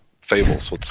fables